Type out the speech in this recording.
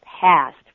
past